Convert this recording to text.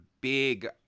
big